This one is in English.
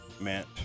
meant